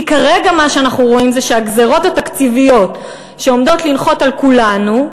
כי כרגע מה שאנחנו רואים זה שהגזירות התקציביות שעומדות לנחות על כולנו,